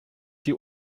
die